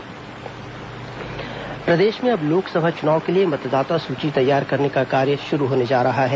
मतदाता सूची प्रशिक्षण प्रदेश में अब लोकसभा चुनाव के लिए मतदाता सूची तैयार करने का कार्य शुरू होने जा रहा है